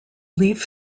leaf